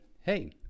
hey